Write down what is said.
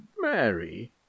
mary